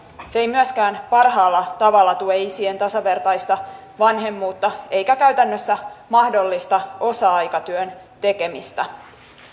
se ei myöskään parhaalla tavalla tue isien tasavertaista vanhemmuutta eikä käytännössä mahdollista osa aikatyön tekemistä